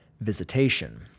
visitation